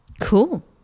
Cool